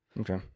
Okay